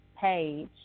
page